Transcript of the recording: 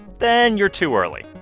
then you're too early.